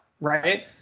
right